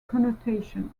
connotations